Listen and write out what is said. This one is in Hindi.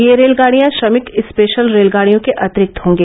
ये रेलगाड़ियां श्रमिक स्पेशल रेलगाड़ियों के अतिरिक्त होंगी